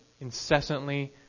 incessantly